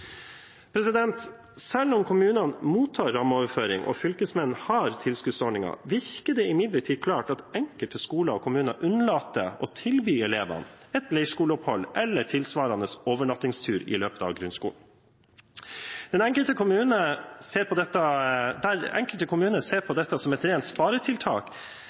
Selv om kommunene mottar rammeoverføring og Fylkesmannen har tilskuddsordninger, synes det imidlertid klart at enkelte skoler og kommuner unnlater å tilby elevene et leirskoleopphold eller tilsvarende overnattingstur i løpet av grunnskolen. Der enkelte kommuner ser på dette som et rent sparetiltak, velger andre kommuner